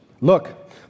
Look